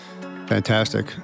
Fantastic